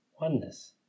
oneness